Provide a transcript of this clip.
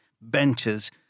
benches